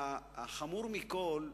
החמור מכול,